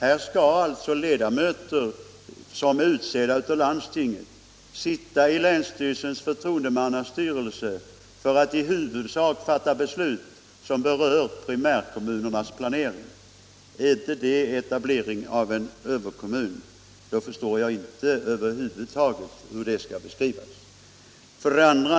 Här skall alltså ledamöter som är utsedda av landstinget sitta i länsstyrelsens förtroendemannastyrelse för att i huvudsak fatta beslut som berör primärkommunernas planering. Är inte det etablering av en överkommun, då förstår jag inte över huvud taget hur det skall beskrivas.